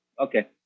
Okay